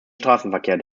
straßenverkehr